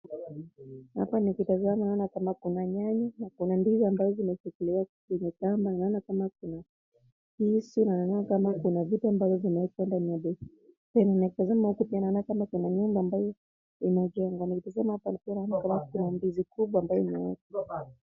Hapa nikitazama naona kama kuna nyanya na kuna ndizi ambazo zimechukuliwa kwenye shamba. Naona kama kuna kisu, naona kama kuna vitu ambavyo vimewekwa ndani ya beseni. Nikitazama huku naona pia kuna nyumba ambayo inajengwa. Nikitazama hapa naona kama kuna ndizi kubwa ambayo imeoza.